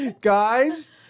Guys